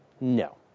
No